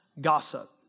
gossip